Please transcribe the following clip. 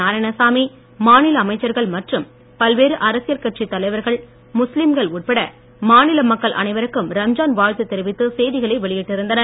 நாராயணசாமி மாநில அமைச்சர்கள் மற்றும் பல்வேறு அரசியல் கட்சித் தலைவர்கள் முஸ்லீம்கள் உட்பட மாநில மக்கள் அனைவருக்கும் ரம்ஜான் வாழ்த்து தெரிவித்து செய்திகளை வெளியிட்டிருந்தனர்